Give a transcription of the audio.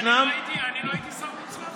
רגע, אני לא הייתי שר מוצלח?